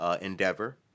endeavor